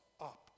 up